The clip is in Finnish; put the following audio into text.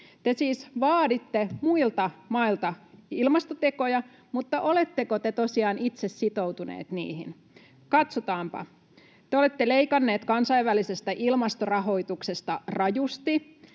Te siis vaaditte muilta mailta ilmastotekoja, mutta oletteko te tosiaan itse sitoutuneet niihin? Katsotaanpa. Te olette leikanneet kansainvälisestä ilmastorahoituksesta rajusti.